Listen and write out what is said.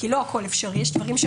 כי לא הכל אפשרי; יש נתונים,